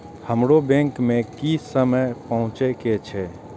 हमरो बैंक में की समय पहुँचे के छै?